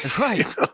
Right